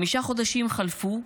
חמישה חודשים חלפו,